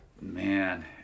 Man